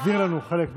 החזיר לנו חלק מהזמנים.